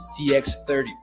cx30